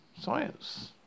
science